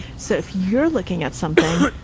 so if you're looking at something,